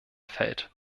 fällt